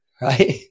right